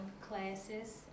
classes